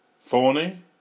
thorny